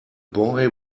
boy